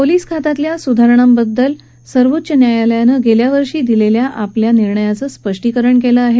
police खात्यातल्या सुधारणांबाबत सर्वोच्च न्यायालयानं गेल्यावर्षी दिलेल्या आपल्या निर्णयाचं स्पष्टीकरण केलं आहे